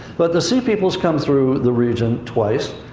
but the sea peoples come through the region twice.